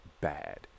bad